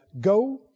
Go